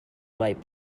light